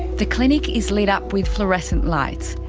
the clinic is lit up with fluorescent lights,